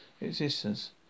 existence